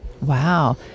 Wow